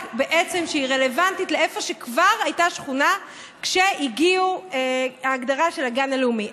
והיא רלוונטית לאיפה שכבר הייתה שכונה כשהגיעו להגדרה של הגן הלאומי.